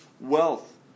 wealth